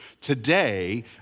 today